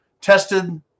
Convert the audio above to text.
tested